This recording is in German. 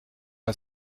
man